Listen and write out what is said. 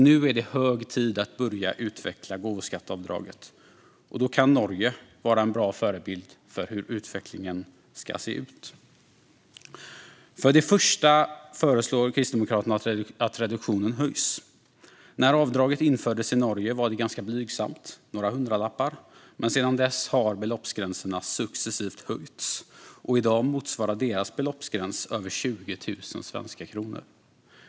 Nu är det hög tid att börja utveckla gåvoskatteavdraget, och då kan Norge vara en bra förebild för hur utvecklingen ska se ut. För det första föreslår Kristdemokraterna att reduktionen höjs. När avdraget infördes i Norge var det ganska blygsamt, några hundralappar, men sedan dess har beloppsgränsen successivt höjts. I dag motsvarar deras beloppsgräns över 20 000 svenska kronor.